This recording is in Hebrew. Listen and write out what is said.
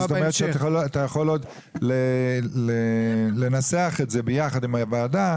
זאת אומרת שאתה יכול עוד לנסח את זה ביחד עם הוועדה